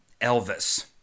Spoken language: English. Elvis